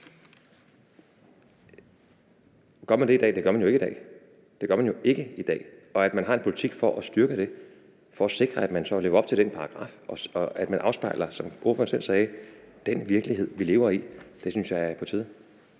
Gør man det i dag? Det gør man jo ikke i dag. Det gør man jo ikke i dag, og at man har en politik for at styrke det område for at sikre, at man så lever op til den paragraf, og at man, som ordføreren selv sagde, afspejler den virkelighed, vi lever i, synes jeg er på tide.